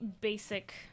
basic